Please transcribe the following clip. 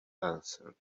answered